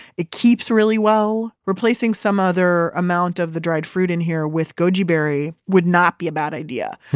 it keeps really well. replacing some other amount of the dried fruit in here with goji berry would not be a bad idea.